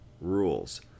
rules